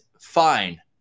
fine